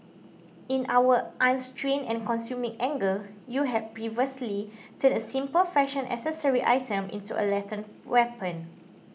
in our unrestrained and consuming anger you had perversely turned a simple fashion accessory item into a lethal weapon